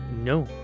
no